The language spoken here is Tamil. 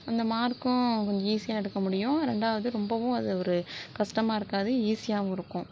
அந்த மார்க்கும் கொஞ்சம் ஈஸியாக எடுக்க முடியும் ரெண்டாவது ரொம்பவும் அது ஒரு கஷ்டமா இருக்காது ஈஸியாகவும் இருக்கும்